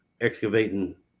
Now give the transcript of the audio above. excavating